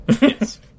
Yes